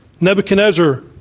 Nebuchadnezzar